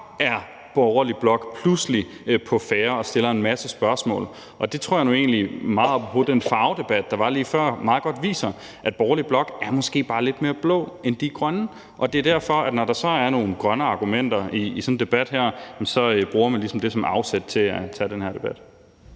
er borgerlig blok pludselig på færde og stiller en masse spørgsmål. Det tror jeg nu egentlig – meget apropos den farvedebat, der var lige før – meget godt viser, at borgerlig blok måske bare er lidt mere blå, end den er grøn, og det er derfor, at man, når der så er nogle grønne argumenter i sådan en debat her, ligesom bruger dem som afsæt til at tage den her debat.